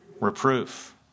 Reproof